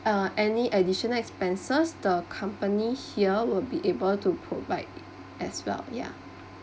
uh any additional expenses the company here will be able to provide it as well yeah